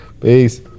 Peace